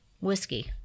whiskey